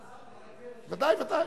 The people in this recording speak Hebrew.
ודאי, ודאי.